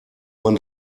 man